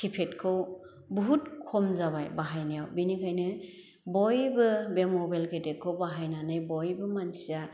केपेतखौ बुहुत खम जाबाय बाहायनायाव बिनिखायनो बयबो बे मबेल गेदेदखौ बाहायनानै बयबो मानसिया